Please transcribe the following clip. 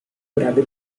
breve